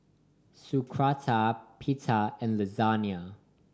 Sauerkraut Pita and Lasagna